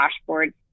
dashboard